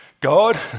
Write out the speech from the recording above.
God